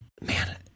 man